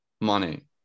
money